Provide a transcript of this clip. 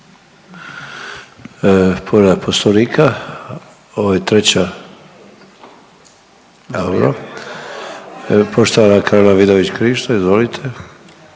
Povreda Poslovnika, ovo je treća. Dobro. Poštovana Karolina Vidović Krišto. Izvolite.